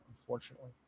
Unfortunately